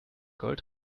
gold